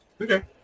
Okay